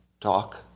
talk